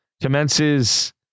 commences